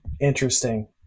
Interesting